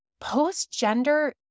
post-gender